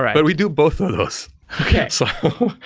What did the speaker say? but we do both of those so